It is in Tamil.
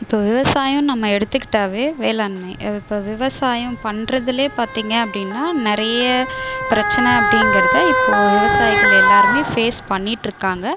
இப்போ விவசாயன்னு நம்ம எடுத்துக்கிட்டாவே வேளாண்மை இப்போ விவசாயம் பண்ணுறதுலே பார்த்தீங்க அப்படின்னா நிறைய பிரச்சனை அப்படிங்கிறத இப்போ விவசாயிகள் எல்லாருமே ஃபேஸ் பண்ணிகிட்டு இருக்காங்க